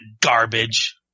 garbage